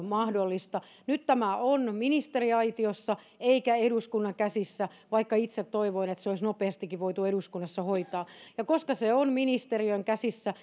mahdollista nyt tämä on ministeriaitiossa ei eduskunnan käsissä vaikka itse toivoin että se olisi nopeastikin voitu eduskunnassa hoitaa koska se on ministeriön käsissä